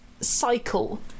cycle